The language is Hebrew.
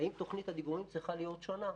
האם תוכנית הביקורים צריכה להיות שונה?